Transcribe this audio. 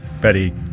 Betty